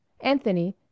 Anthony